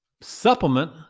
supplement